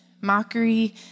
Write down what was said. mockery